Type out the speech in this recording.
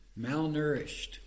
malnourished